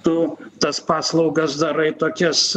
tu tas paslaugas darai tokias